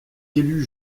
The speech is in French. élu